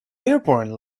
airborne